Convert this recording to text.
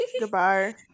goodbye